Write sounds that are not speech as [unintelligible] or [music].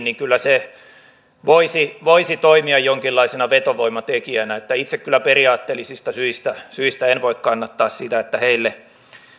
[unintelligible] niin kyllä se voisi voisi toimia jonkinlaisena vetovoimatekijänä itse kyllä periaatteellisista syistä syistä en voi kannattaa sitä että heille